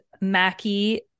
Mackie